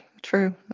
True